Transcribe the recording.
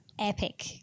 Epic